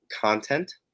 Content